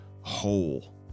whole